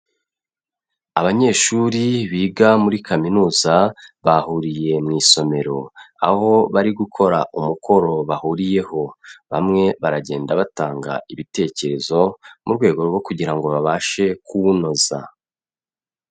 Abanyeshuri biga muri kaminuza bahuriye mu isomero, aho bari gukora umukoro bahuriyeho, bamwe baragenda batanga ibitekerezo, mu rwego rwo kugira ngo babashe kuwunoza.